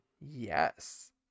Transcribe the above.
Yes